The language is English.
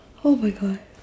!oh-my-God!